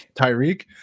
Tyreek